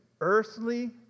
earthly